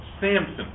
Samson